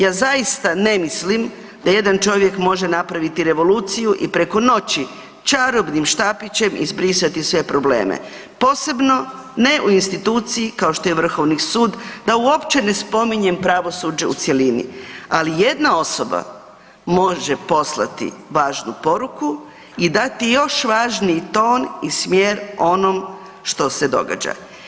Ja zaista ne mislim da jedan čovjek može napraviti revoluciju i preko noći čarobni štapićem izbrisati sve probleme, posebno ne u instituciji kao što je Vrhovni sud, da uopće ne spominjem pravosuđe u cjelini, ali jedna osoba može poslati važnu poruku i dati još važniji ton i smjer onom što se događa.